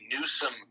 Newsom